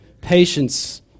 patience